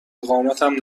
اقامتم